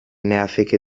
nervige